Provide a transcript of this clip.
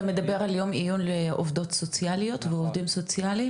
אתה מדבר על יום העיון לעובדות סוציאליות ועובדים סוציאליים?